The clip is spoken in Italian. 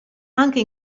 anche